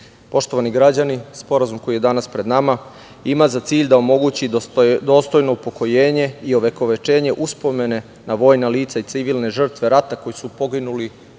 građani, sporazum koji je danas pred nama iza za cilj da omogući dostojno upokojenje i ovekovečenje uspomene na vojna lica i civilne žrtve rata koje su poginule ili